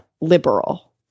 liberal